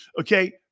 Okay